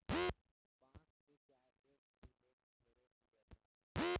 बांस के चाय ए घड़ी लोग ढेरे पियता